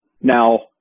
Now